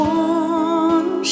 one